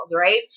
Right